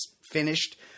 finished